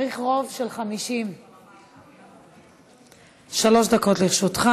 צריך רוב של 50. שלוש דקות לרשותך.